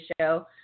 show